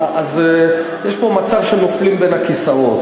אז יש פה מצב שנופלים בין הכיסאות.